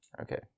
Okay